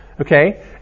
Okay